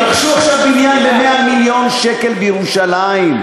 הם רכשו עכשיו בניין ב-100 מיליון שקל בירושלים.